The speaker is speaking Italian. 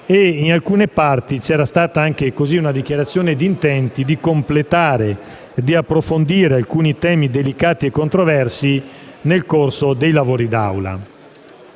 in alcune parti, vi è stata anche una dichiarazione di intenti finalizzato a completare e approfondire alcuni temi delicati e controversi nel corso dei lavori d'Assemblea.